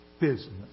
business